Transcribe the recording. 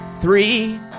three